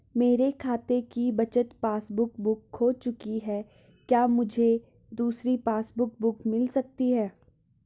मेरे खाते की बचत पासबुक बुक खो चुकी है क्या मुझे दूसरी पासबुक बुक मिल सकती है?